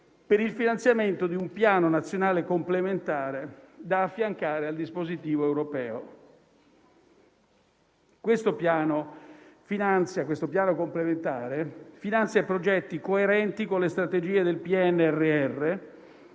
per il finanziamento di un Piano nazionale complementare da affiancare al dispositivo europeo. Questo Piano complementare finanzia progetti coerenti con le strategie del PNRR,